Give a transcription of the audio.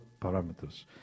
parameters